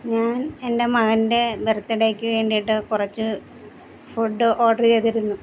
ഞാൻ എൻ്റെ മകൻ്റെ ബർത്ത്ഡേക്ക് വേണ്ടിയിട്ട് കുറച്ച് ഫുഡ് ഓർഡർ ചെയ്തിരുന്നു